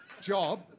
job